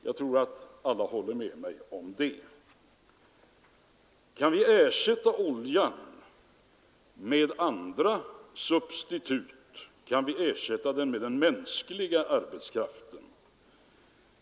Kan vi då ersätta oljan med substitut eller med den mänskliga arbetskraften?